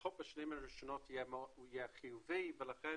לפחות בשנים הראשונות יהיה חיובי ולכן